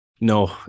No